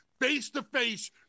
face-to-face